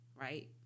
right